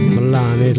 Milan